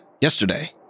yesterday